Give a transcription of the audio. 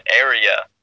area